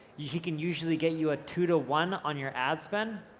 he can usually get you a two to one on your ad spend.